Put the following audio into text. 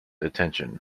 attention